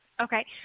Okay